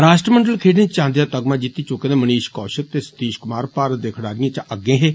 रॉश्ट्रमंडल खेड्डें च चांदी दा तगमा जिती चुके दे मनीष कौषिक ते सतीष कुमार भारत दे खडारिए चा अग्गें हे